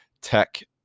Tech